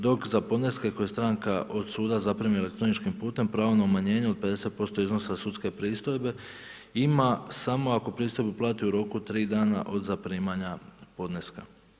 Dok za podneske koje stranka od suda zaprimi elektroničkim putem pravo na umanjenje od 50% iznosa sudske pristojbe ima samo ako pristojbu plati u roku od 3 dana od zaprimanja podneska.